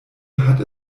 hat